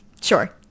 Sure